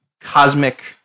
cosmic